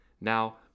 Now